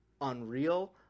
unreal